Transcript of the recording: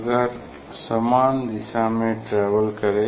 अगर समान दिशा में ट्रेवल करे